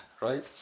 right